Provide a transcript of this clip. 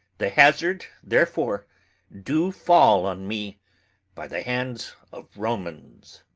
the hazard therefore due fall on me by the hands of romans!